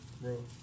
Bro